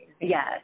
Yes